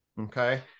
okay